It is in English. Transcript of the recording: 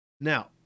Now